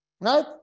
right